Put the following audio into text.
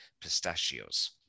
pistachios